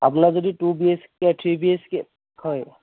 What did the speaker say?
আপোনাৰ যদি two B H K three B H K হয়